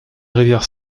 rivière